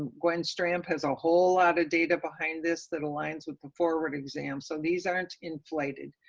gwen stramp, as a whole lot of data behind this that aligns with forward exam, so these aren't inflated.